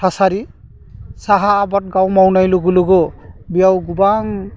थासारि साहा आबाद गाव मावनाय लोगो लोगो बेयाव गोबां